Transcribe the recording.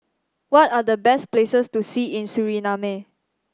what are the best places to see in Suriname